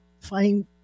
find